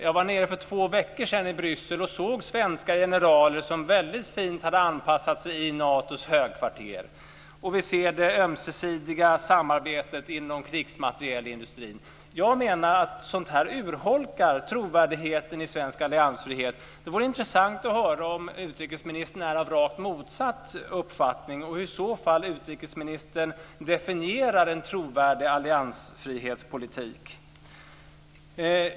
Jag var för två veckor sedan nere i Bryssel och såg svenska generaler som väldigt fint hade anpassat sig i Natos högkvarter. Vi ser också det ömsesidiga samarbetet inom krigsmaterielindustrin. Jag menar att sådant här urholkar trovärdigheten i svensk alliansfrihet. Det vore intressant att höra om utrikesministern är av rakt motsatt uppfattning, och hur utrikesministern i så fall definierar en trovärdig alliansfrihetspolitik.